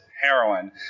heroin